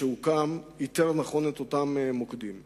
שהוקם איתר נכון את המוקדים האלה.